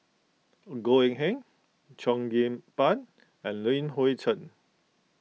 Goh Eng Han Cheo Kim Ban and Li Hui Cheng